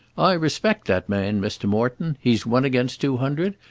i respect that man, mr. morton. he's one against two hundred,